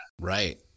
Right